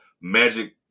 Magic